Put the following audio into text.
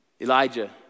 Elijah